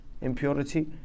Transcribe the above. impurity